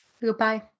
Goodbye